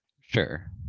sure